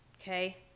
okay